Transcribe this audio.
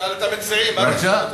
שאל את המציעים, מה אתה שואל אותם?